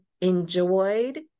enjoyed